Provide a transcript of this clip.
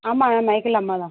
ஆமாங்க மைக்கேல் அம்மா தான்